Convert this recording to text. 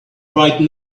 right